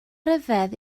ryfedd